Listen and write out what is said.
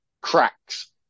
cracks